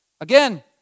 Again